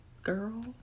Girl